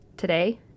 Today